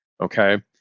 okay